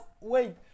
wait